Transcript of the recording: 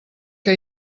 que